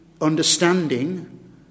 understanding